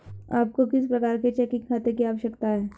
आपको किस प्रकार के चेकिंग खाते की आवश्यकता है?